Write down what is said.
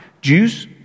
Jews